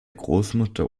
großmutter